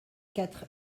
quatre